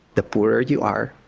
the poorer you are,